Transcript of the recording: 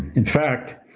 in fact,